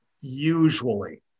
usually